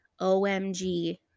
OMG